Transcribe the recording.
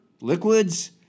liquids